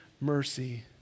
mercy